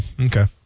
Okay